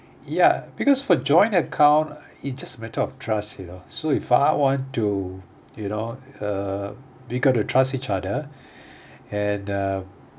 ya because for joint account it's just a matter of trust you know so if I want to you know uh we got to trust each other and uh